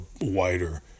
wider